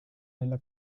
nella